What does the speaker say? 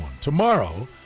Tomorrow